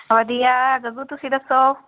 ਵਧੀਆ ਗੱਗੂ ਤੁਸੀਂ ਦੱਸੋ